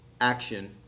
action